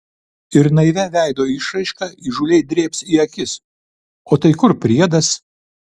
ir naivia veido išraiška įžūliai drėbs į akis o tai kur priedas